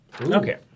Okay